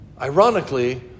ironically